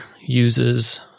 uses